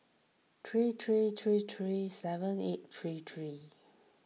three three three three seven eight three three